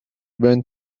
went